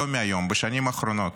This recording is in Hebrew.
לא מהיום, בשנים האחרונות.